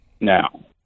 now